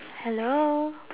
hello